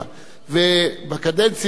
בא בלי להניד עפעף,